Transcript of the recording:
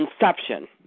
Inception